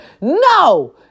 No